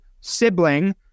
sibling